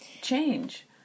change